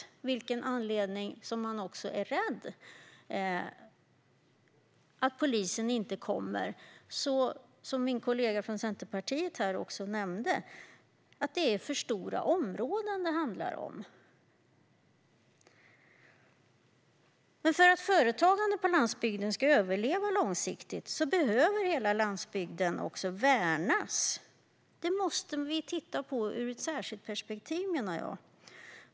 Oavsett anledning ska man inte behöva vara rädd för att polisen inte ska komma, som min kollega från Centerpartiet också nämnde. Det är för stora områden det handlar om. För att företagandet på landsbygden ska överleva långsiktigt behöver hela landsbygden värnas. Jag menar att vi måste titta på detta ur ett särskilt perspektiv.